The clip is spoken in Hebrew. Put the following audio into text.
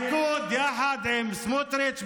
הליכוד יחד עם סמוטריץ',